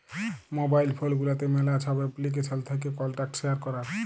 mobile phone গুলাতে ম্যালা ছব এপ্লিকেশল থ্যাকে কল্টাক্ট শেয়ার ক্যরার